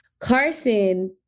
Carson